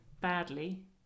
badly